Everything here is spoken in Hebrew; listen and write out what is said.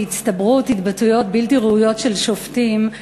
והצטברות התבטאויות בלתי ראויות של שופטים,